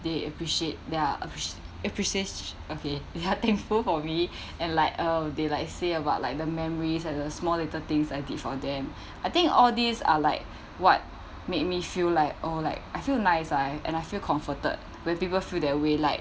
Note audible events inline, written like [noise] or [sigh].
they appreciate their aprecia~ appreciat~ okay ya [laughs] thankful for me and like uh they like say about like the memories and the small little things I did for them I think all these are like what made me feel like oh like I feel nice ah and I feel comforted when people feel that way like